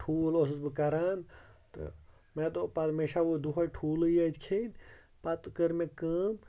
ٹھوٗل اوسُس بہٕ کَران تہٕ مےٚ دوٚپ پَتہٕ مےٚ چھا وۄنۍ دُہٲے ٹھوٗلٕے یٲتۍ کھیٚنۍ پَتہٕ کٔرۍ مےٚ کٲم